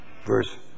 verse